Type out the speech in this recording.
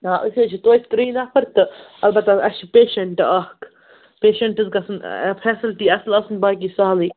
آ أسۍ حظ چھِ تویتہِ ترٛے نَفَر تہٕ اَلبَتہ حظ اَسہِ چھِ پیشَنٹ اَکھ پیشَنٹَس گژھن فیسَلٹی اَصٕل آسٕنۍ باقٕے چھِ سہلٕے